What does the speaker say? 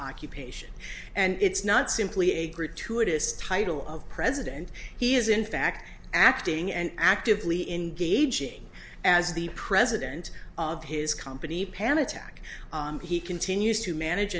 occupation and it's not simply a gratuitous title of president he is in fact acting and actively engaging as the president of his company pan attack he continues to manage